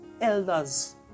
elders